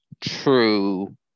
true